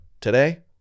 today